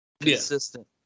consistent